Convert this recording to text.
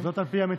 זאת על פי המציע.